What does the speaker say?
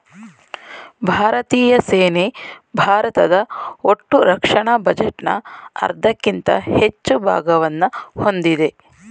ಭಾರತೀಯ ಸೇನೆ ಭಾರತದ ಒಟ್ಟುರಕ್ಷಣಾ ಬಜೆಟ್ನ ಅರ್ಧಕ್ಕಿಂತ ಹೆಚ್ಚು ಭಾಗವನ್ನ ಹೊಂದಿದೆ